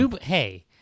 Hey